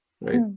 right